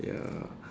ya